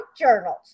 journals